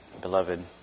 beloved